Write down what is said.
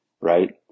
right